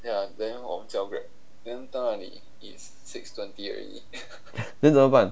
then 怎么办